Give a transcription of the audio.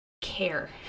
care